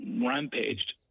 rampaged